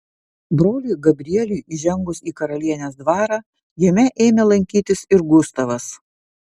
broliui gabrieliui įžengus į karalienės dvarą jame ėmė lankytis ir gustavas